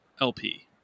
LP